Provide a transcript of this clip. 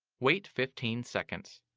wait fifteen seconds.